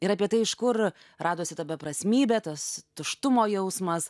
ir apie tai iš kur radosi ta beprasmybė tas tuštumo jausmas